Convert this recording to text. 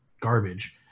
garbage